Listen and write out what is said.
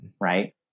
right